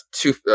Two